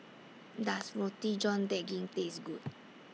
Does Roti John Daging Taste Good